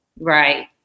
right